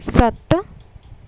ਸੱਤ